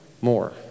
more